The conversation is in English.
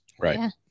Right